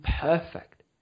perfect